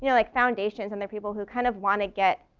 you know like foundations and the people who kind of wanna get